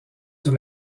sur